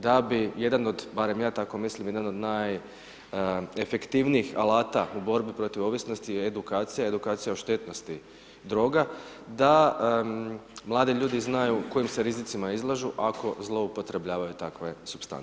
Da bi jedan od, barem ja tako mislim, jedan od najefektivnijih alata u borbi protiv ovisnosti je edukacija, edukacija o štetnosti droga da mladi ljudi znaju kojim se rizicima izlažu ako zloupotrebljavaju takve supstance.